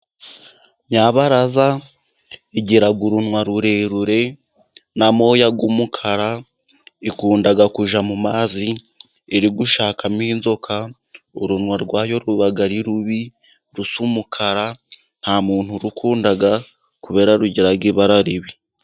Nyirabaraza igira urunwa rurerure n'amoya y'umukara, ikunda kujya mu mazi irigushakamo inzoka, urunwa rwayo ruba ari rubi, rusa umukara, nta muntu urukunda, kubera rugira ibara ribi.